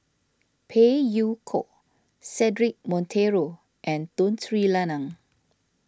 Phey Yew Kok Cedric Monteiro and Tun Sri Lanang